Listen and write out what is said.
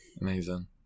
Amazing